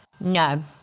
No